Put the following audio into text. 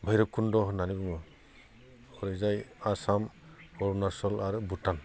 भैरोबखुन्द' होननानै बुङो हरैजाय आसाम अरुनाचल आरो भुटान